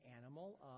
animal